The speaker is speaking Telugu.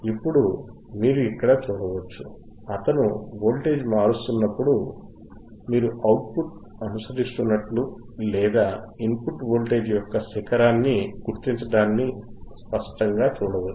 ఇప్పుడు మీరు ఇక్కడ చూడవచ్చు అతను వోల్టేజ్ మారుస్తున్నప్పుడు మీరు అవుట్ పుట్ అనుసరిస్తున్నట్లు లేదా ఇన్పుట్ వోల్టేజ్ యొక్క శిఖరాన్ని గుర్తించడాన్ని స్పష్టంగా చూడవచ్చు